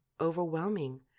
overwhelming